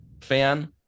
fan